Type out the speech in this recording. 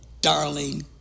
darling